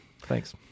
Thanks